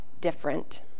different